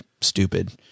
stupid